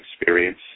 experience